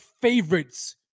favorites